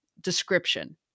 description